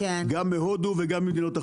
גם מהודו וגם ממדינות אחרות.